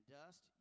dust